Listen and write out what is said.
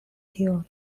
tio